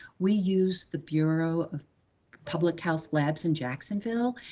we use the bureau of public health labs in jacksonville,